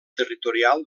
territorial